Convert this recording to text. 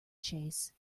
chase